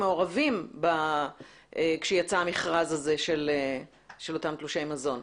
מעורבים שייצא המכרז הזה של אותם תלושי מזון?